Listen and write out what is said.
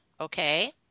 okay